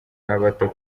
n’abato